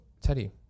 Teddy